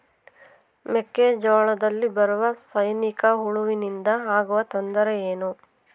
ಮೆಕ್ಕೆಜೋಳದಲ್ಲಿ ಬರುವ ಸೈನಿಕಹುಳುವಿನಿಂದ ಆಗುವ ತೊಂದರೆ ಏನು?